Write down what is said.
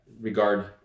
regard